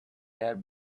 their